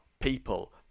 people